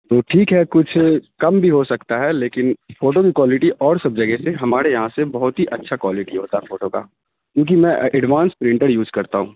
تو ٹھیک ہے کچھ کم بھی ہو سکتا ہے لیکن فوٹو کی کوالٹی اور سب جگہ سے ہمارے یہاں سے بہت ہی اچھا کوالٹی ہوتا ہے فوٹو کا کیونکہ میں ایڈوانس پرنٹر یوز کرتا ہوں